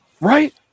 Right